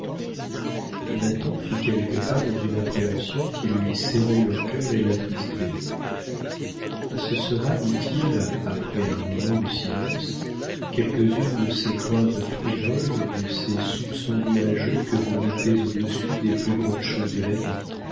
nathan fit quelques pas dans une appréhension qui lui serrait le cœur et l'attristait ce sera dit-il après un moment de silence quelques-unes de ces craintes frivoles de ces soupçons nuageux que vous mettez au-dessus des plus grandes choses de la vie